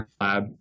lab